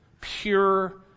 pure